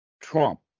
Trump